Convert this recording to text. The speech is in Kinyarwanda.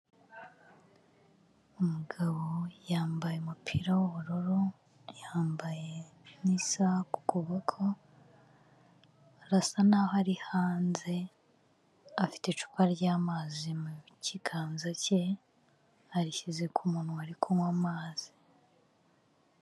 Umugabo yambaye umupira w'ubururu, yambaye n'isaha ku kuboko arasa n'aho ari hanze afite icupa ry'amazi mu kiganza cye arishyize ku munwa ari kunywa amazi.